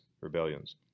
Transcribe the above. rebellions